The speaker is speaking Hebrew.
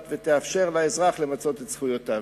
ותאפשרנה לאזרח למצות את זכויותיו.